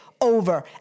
over